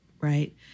right